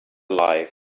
alive